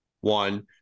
One